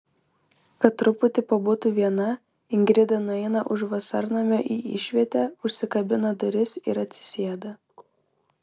kad truputį pabūtų viena ingrida nueina už vasarnamio į išvietę užsikabina duris ir atsisėda